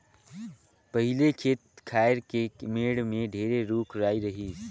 पहिले खेत खायर के मेड़ में ढेरे रूख राई रहिस